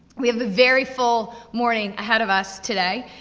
we have a very full morning ahead of us, today.